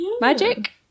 Magic